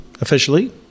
officially